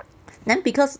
then because